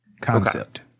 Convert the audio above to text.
Concept